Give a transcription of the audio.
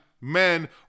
men